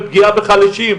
ופגיעה בחלשים,